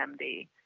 MD